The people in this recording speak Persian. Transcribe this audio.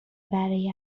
برای